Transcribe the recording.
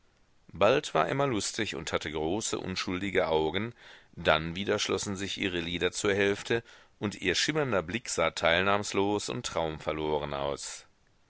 bald war emma lustig und hatte große unschuldige augen dann wieder schlossen sich ihre lider zur hälfte und ihr schimmernder blick sah teilnahmslos und traumverloren aus